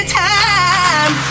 time